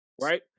right